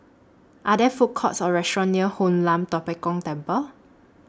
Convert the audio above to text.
Are There Food Courts Or restaurants near Hoon Lam Tua Pek Kong Temple